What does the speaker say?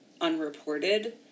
unreported